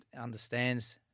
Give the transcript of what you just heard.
understands